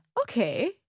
okay